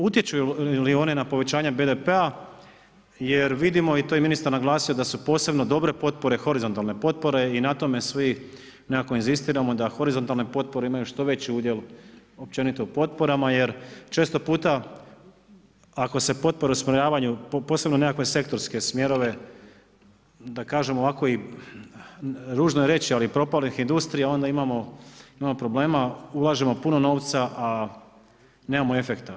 Utječu li one na povećanje BDP-a jer vidimo i to je ministar naglasio da su posebno dobre potpore horizontalne potpore i na tome svime nekako inzistiramo, da horizontalne potpore imaju što veći udjel općenito u potporama jer često puta, ako se potpore usmjeravaju posebno u nekakve sektorske smjerove, da kažem ovako, ružno je reći, ali propalih industrija onda imamo problema, ulažemo puno novca a nemamo efekta.